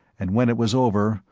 and when it was over,